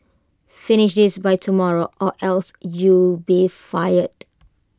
finish this by tomorrow or else you'll be fired